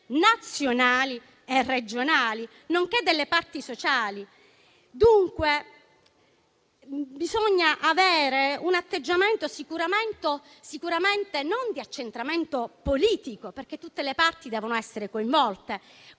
nazionali e regionali, nonché delle parti sociali. Dunque, bisogna avere un atteggiamento non di accentramento politico, perché tutte le parti devono essere coinvolte,